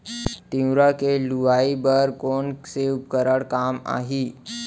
तिंवरा के लुआई बर कोन से उपकरण काम आही?